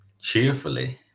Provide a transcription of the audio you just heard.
cheerfully